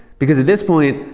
because at this point,